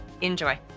Enjoy